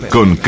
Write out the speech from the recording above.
Con